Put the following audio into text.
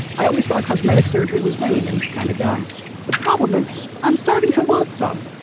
i always thought cosmetic surgery was vain and kind of dumb the problem is i'm starting to want some.